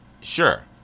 Sure